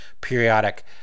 periodic